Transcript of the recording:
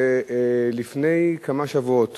לפני כמה שבועות